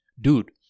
Dude